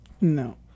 No